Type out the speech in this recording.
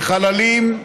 לחללים,